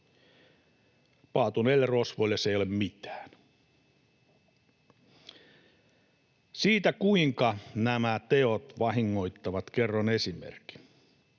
Paatuneille rosvoille se ei ole mitään. Siitä, kuinka nämä teot vahingoittavat, kerron esimerkin.